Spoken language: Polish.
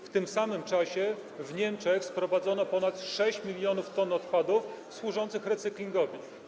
W tym samym czasie do Niemiec sprowadzono ponad 6 mln t odpadów służących recyklingowi.